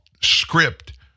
script